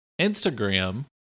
Instagram